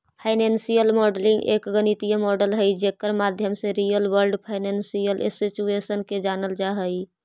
financial modelling एक गणितीय model हई जेकर माध्यम से रियल वर्ल्ड फाइनेंशियल सिचुएशन के जानल जा हई